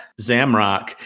Zamrock